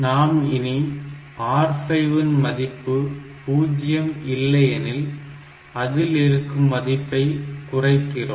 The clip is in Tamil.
நாம் இனி R5 இன் மதிப்பு 0 இல்லையெனில் அதில் இருக்கும் மதிப்பை குறைக்கிறோம்